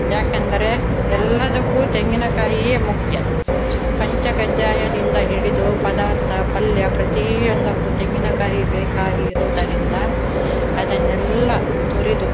ಏಕೆಂದರೆ ಎಲ್ಲದಕ್ಕೂ ತೆಂಗಿನಕಾಯಿಯೇ ಮುಖ್ಯ ಪಂಚಕಜ್ಜಾಯದಿಂದ ಹಿಡಿದು ಪದಾರ್ಥ ಪಲ್ಯ ಪ್ರತಿಯೊಂದಕ್ಕೂ ತೆಂಗಿನಕಾಯಿ ಬೇಕಾಗಿರುವುದರಿಂದ ಅದನ್ನೆಲ್ಲ ತುರಿದು